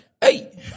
Hey